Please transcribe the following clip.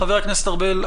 חבר הכנסת ארבל,